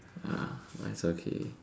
ah but it's okay